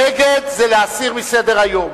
נגד זה להסיר מסדר-היום,